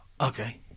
Okay